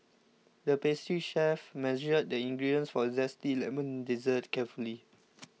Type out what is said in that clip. the pastry chef measured the ingredients for a Zesty Lemon Dessert carefully